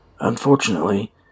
Unfortunately